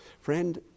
friend